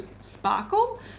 sparkle